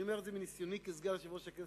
ואני אומר את זה מניסיוני כסגן יושב-ראש הכנסת,